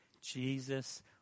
Jesus